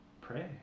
pray